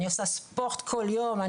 אני עושה ספורט כל יום,